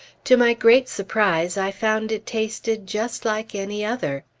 to my great surprise, i found it tasted just like any other.